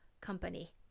company